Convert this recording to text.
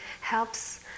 helps